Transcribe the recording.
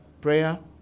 prayer